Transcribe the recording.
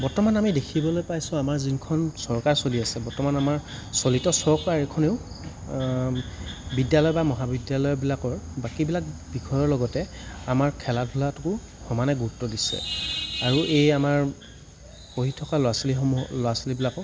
বৰ্তমান আমি দেখিবলৈ পাইছোঁ আমাৰ যোনখন চৰকাৰ চলি আছে বৰ্তমানৰ আমাৰ চলিত চৰকাৰ এখনেও বিদ্যালয় বা মহাবিদ্যালয়বিলাকৰ বাকীবিলাক বিষয়ৰ লগতে আমাৰ খেলা ধূলাটোও সমানে গুৰুত্ব দিছে আৰু এই আমাৰ পঢ়ি থকা ল'ৰা ছোৱালীসমূহৰ ল'ৰা ছোৱালীবিলাকক